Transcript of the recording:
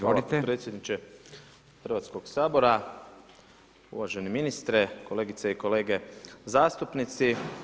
Hvala potpredsjedniče Hrvatskog sabora, uvaženi ministre, kolegice i kolege zastupnici.